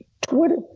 Twitter